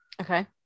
okay